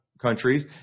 countries